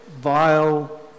vile